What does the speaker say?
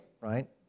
right